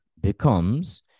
becomes